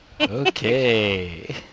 Okay